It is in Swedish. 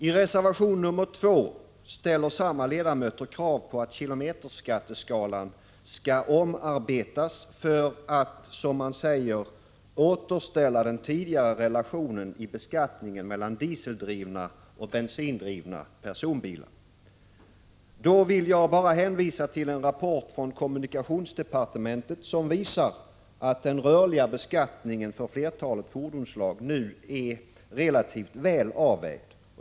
I reservation nr 2 ställer samma ledamöter krav på att kilometerskatteskalan skall omarbetas för att — som man säger — återställa den tidigare relationen i beskattningen mellan dieseldrivna och bensindrivna personbilar. 129 Då vill jag bara hänvisa till en rapport från kommunikationsdepartementet, som visar att den rörliga beskattningen för flertalet fordonsslag nu är relativt väl avvägd.